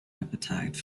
appetite